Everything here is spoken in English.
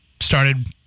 Started